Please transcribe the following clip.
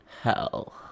Hell